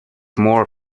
more